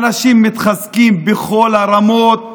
אנשים מתחזקים בכל הרמות,